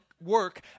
Work